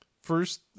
First